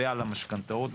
ועל המשכנתאות,